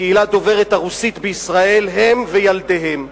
הקהילה דוברת הרוסית בישראל, הם וילדיהם.